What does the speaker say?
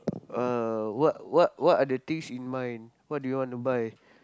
uh what what what are the things in mind what do you want to buy